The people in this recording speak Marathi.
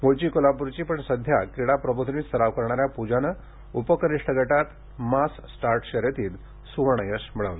मूळची कोल्हापूरची पण सध्या क्रीडा प्रबोधिनीत सराव करणा या पूजाने उप कनिष्ठ गटात मास स्टार्ट शर्यतीत सुवर्ण यश मिळवलं